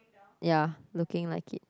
ya looking like it